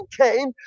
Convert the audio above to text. came